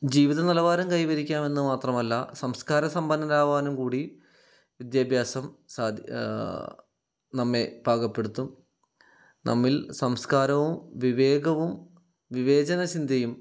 ജീവിത നിലവാരം കൈവരിക്കാമെന്ന് മാത്രമല്ല സംസ്കാര സമ്പന്നരാകാനും കൂടി വിദ്യാഭ്യാസം സാധി നമ്മെ പാകപ്പെടുത്തും നമ്മിൽ സംസ്കാരവും വിവേകവും വിവേചന ചിന്തയും